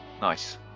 Nice